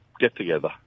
get-together